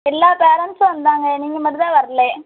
எல்லா பேரண்ட்ஸூம் வந்தாங்க நீங்கள் மட்டுந்தான் வர்லை